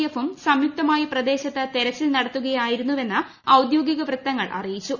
എഫും സംയുക്തമായ്ടിക് പ്രദേശത്ത് തെരച്ചിലിൽ നടത്തുകയായിരുന്നുവെന്ന് ഔദ്യോഗിക വൃത്തങ്ങൾ അറിയിച്ചു